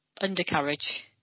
undercarriage